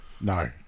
No